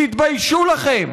תתביישו לכם.